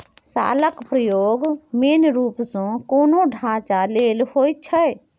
शालक प्रयोग मेन रुप सँ कोनो ढांचा लेल होइ छै